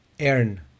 earn